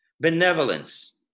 benevolence